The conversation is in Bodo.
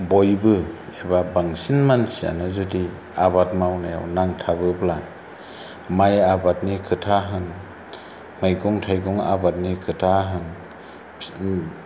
बयबो एबा बांसिन मानसियानो जुदि आबाद मावनायाव नांथाबोब्ला माइ आबादनि खोथा होन मैगं थाइगं आबादनि खोथा होन